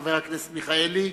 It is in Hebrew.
חבר הכנסת מיכאלי,